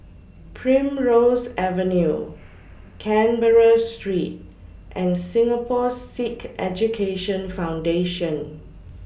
Primrose Avenue Canberra Street and Singapore Sikh Education Foundation